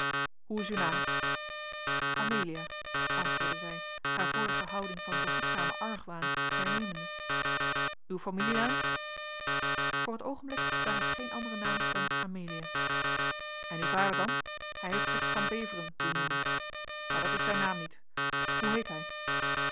uw naam amelia antwoordde zij haar vorige houding van behoedzamen argwaan hernemende uw familienaam voor het oogenblik draag ik geen anderen naam dan amelia en uw vader dan hij heeft zich van beveren doen noemen maar dat is zijn naam niet hoe heet hij